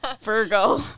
Virgo